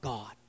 God